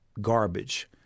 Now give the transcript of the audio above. garbage